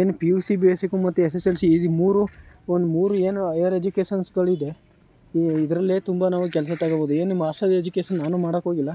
ಏನು P U C basic ಮತ್ತೆ S S L C ಇದು ಮೂರು ಒಂದು ಮೂರು ಏನು ಹೈಯರ್ ಎಜುಕೇಸನ್ಸ್ಗಳು ಇದೆ ಇದರಲ್ಲೇ ತುಂಬ ನಾವು ಕೆಲಸ ತಗೊಳ್ಬೋದು ಏನು ಮಾಸ್ಟರ್ ಎಜುಕೇಶನ್ ನಾನು ಮಾಡೋಕೆ ಹೋಗಿಲ್ಲ